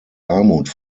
armut